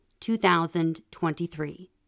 2023